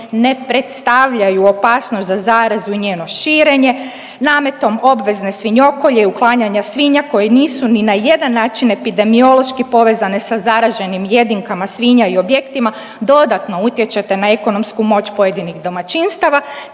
ne predstavljaju opasnost za zarazu i njeno širenje, nametom obvezne svinjokolje i uklanjanja svinja koje nisu ni na jedan način epidemiološki povezane sa zaraženim jedinkama svinja i objektima, dodatno utječete na ekonomsku moć pojedinih domaćinstava